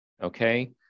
Okay